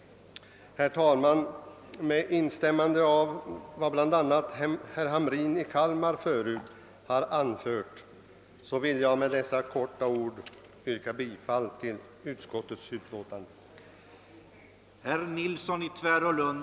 Herr talman! Med det anförda och med instämmande i vad bl.a. herr Hamrin i Kalmar tidigare anfört vill jag yrka bifall till utskottets hemställan.